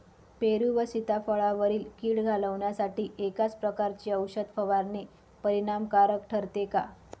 पेरू व सीताफळावरील कीड घालवण्यासाठी एकाच प्रकारची औषध फवारणी परिणामकारक ठरते का?